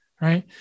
right